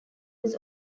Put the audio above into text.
was